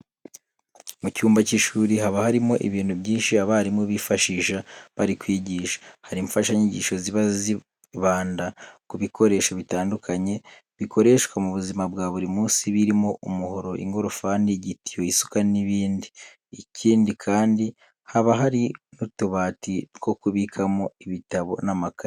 Mu cyumba cy'ishuri, haba harimo ibintu byinshi abarimu bifashisha bari kwigisha. Hari imfashanyigisho ziba zibanda ku bikoresho bitandukanye bikoreshwa mu buzima bwa buri munsi birimo umuhoro, ingorofani, igitiyo, isuka n'ibindi. Ikindi kandi, haba hari n'utubati two kubikamo ibitabo n'amakayi.